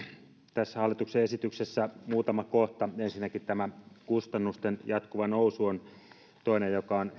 tässä hallituksen esityksessä on muutama kohta jotka ovat herättäneet huolta pitkään ensinnäkin tämä kustannusten jatkuva nousu on